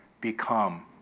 become